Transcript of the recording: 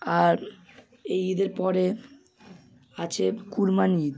আর এই ঈদের পরে আছে কুরবান ঈদ